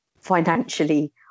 financially